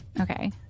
okay